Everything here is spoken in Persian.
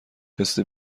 تست